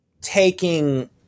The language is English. taking –